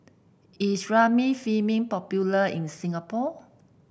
is Remifemin popular in Singapore